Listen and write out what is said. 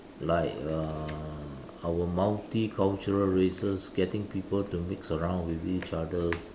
like uh our multicultural races getting people to mix around with each other